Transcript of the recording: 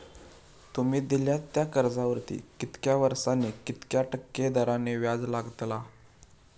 तुमि दिल्यात त्या कर्जावरती कितक्या वर्सानी कितक्या टक्के दराने व्याज लागतला?